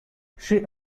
she